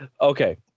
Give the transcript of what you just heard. Okay